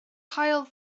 haul